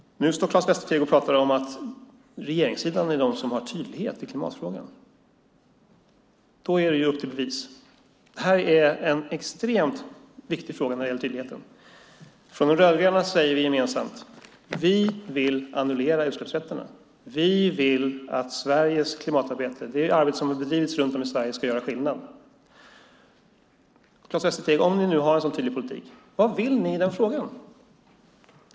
Nu står Claes Västerteg och pratar om att det är regeringssidan som har tydlighet i klimatfrågan. Då är det upp till bevis. Detta är en extremt viktig fråga när det gäller tydligheten. Vi från de rödgröna partierna säger gemensamt: Vi vill annullera utsläppsrätterna. Vi vill att Sveriges klimatarbete, det arbete som har bedrivits runt om i Sverige, ska göra skillnad. Om ni nu har en så tydlig politik, Claes Västerteg, vad vill ni i den frågan?